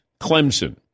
Clemson